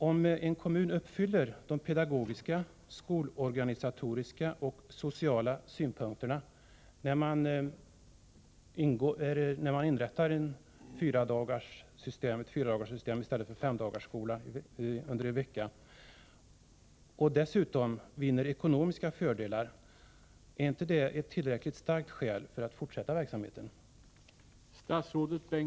Om en kommun uppfyller de pedagogiska, skolorganisatoriska och sociala krav som kan ställas när man inrättar ett system med fyradagarsvecka i stället för fem dagars skolgång, och dessutom vinner ekonomiska fördelar, är inte detta tillräckligt starka skäl för att fortsätta verksamheten?